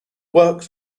works